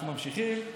אנחנו ממשיכים.